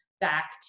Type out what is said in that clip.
back